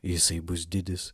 jisai bus didis